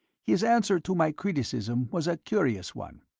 his answer to my criticism was a curious one.